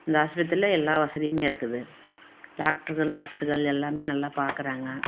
இந்த ஆஸ்பத்திரியில் எல்லா வசதியுமே இருக்குது டாக்ட்ர்கள் நர்ஸ்ஸுகள் எல்லாமே நல்லா பார்க்கறாங்க